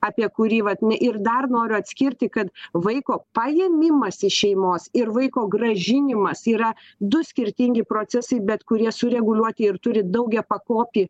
apie kurį vat ne ir dar noriu atskirti kad vaiko paėmimas iš šeimos ir vaiko grąžinimas yra du skirtingi procesai bet kurie sureguliuoti ir turi daugiapakopį